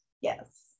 Yes